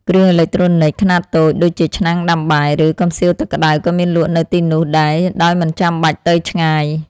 គ្រឿងអេឡិចត្រូនិចខ្នាតតូចដូចជាឆ្នាំងដាំបាយឬកំសៀវទឹកក្តៅក៏មានលក់នៅទីនោះដែរដោយមិនបាច់ទៅឆ្ងាយ។